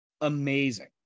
amazing